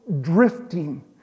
drifting